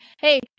hey